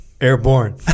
Airborne